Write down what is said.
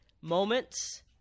moments